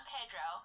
Pedro